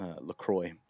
LaCroix